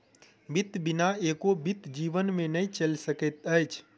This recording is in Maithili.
वित्त बिना एको बीत जीवन नै चलि सकैत अछि